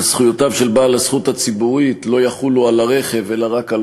אז זכויותיו של בעל הזכות הציבורית לא יחולו על הרכב אלא רק על